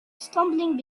stumbling